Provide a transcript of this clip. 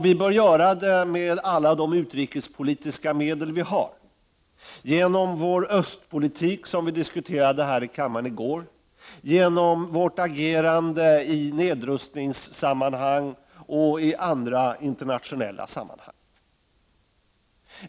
Vi bör göra detta med alla de utrikespolitiska medel som vi har, genom vår östpolitik som diskuterades här i går, genom vårt agerande i nedrustningssammanhang och andra internationella sammanhang.